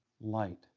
light